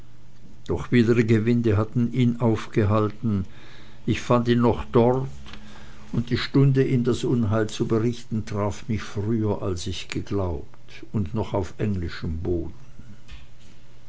doch widrige winde hatten ihn aufgehalten ich fand ihn noch dort und die stunde ihm das unheil zu berichten traf mich früher als ich geglaubt und noch auf englischem boden